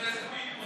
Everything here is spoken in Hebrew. חבר הכנסת פינדרוס,